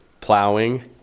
plowing